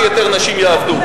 שיותר נשים יעבדו.